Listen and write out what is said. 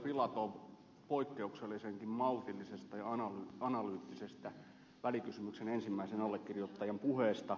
filatov poikkeuksellisenkin maltillisesta ja analyyttisesta välikysymyksen ensimmäisen allekirjoittajan puheesta